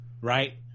right